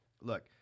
look